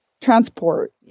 transport